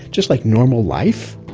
just like normal life?